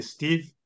Steve